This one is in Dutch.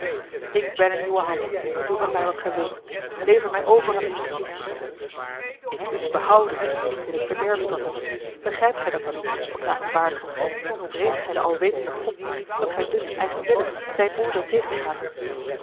ik ben in uwe hand doe met mij wat gij wilt lever mij over aan de justitie ik wil u behouden niet in t verderf storten begrijpt gij dat dan niet beklagenswaardige vreest gij den alwetenden god niet dat gij dus eigenwillig zijn oordeel tegen